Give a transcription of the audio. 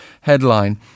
headline